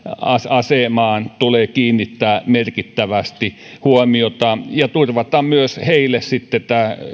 asemaan tulee kiinnittää merkittävästi huomiota ja turvata myös heille sitten